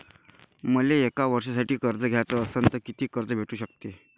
मले एक वर्षासाठी कर्ज घ्याचं असनं त कितीक कर्ज भेटू शकते?